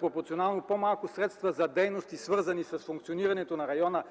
пропорционално по-малко средства за дейности, свързани с функционирането на района,